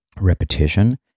repetition